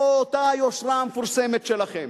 איפה אותה היושרה המפורסמת שלכם?